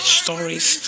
stories